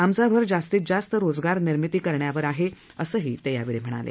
आमचा भर जास्तीत जास्त रोजगार निर्मितीवर करण्यावर आहे असंही ते म्हणाले